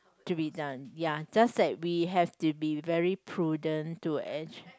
to be done ya just that we have to be very prudent to actually